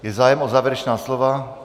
Je zájem o závěrečná slova?